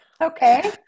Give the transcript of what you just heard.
Okay